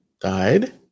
died